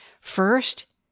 First